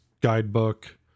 guidebook